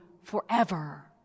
forever